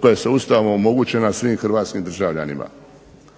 koja se Ustavom omogućena svim Hrvatskim državljanima.